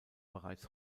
bereits